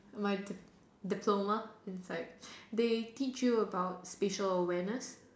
my dip~ diploma inside they teach you about spatial awareness